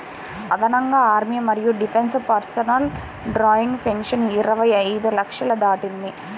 అదనంగా ఆర్మీ మరియు defence personnel drawing pension ఇరవై ఐదు లక్షలు దాటింది